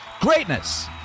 Greatness